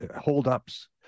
holdups